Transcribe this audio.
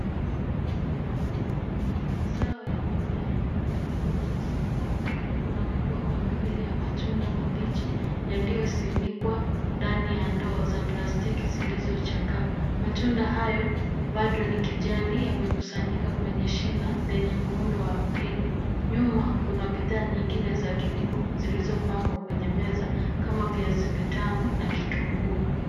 Mazao ya mimea yakiuzwa sokoni. Kuna migomba miwili ya matunda mabichi yaliyosimikwa ndani ya ndoo za plastiki zilizochakaa. Matunda hayo, bado ni kijani yamekusanyika kwenye shina lenye muundo wa mpini. Nyuma kuna bidhaa nyingine za kilimo zilizopangwa kwenye meza kama viazi vitamu na kitunguu.